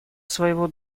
своего